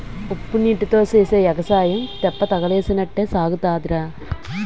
ఉప్పునీటీతో సేసే ఎగసాయం తెప్పతగలేసినట్టే సాగుతాదిరా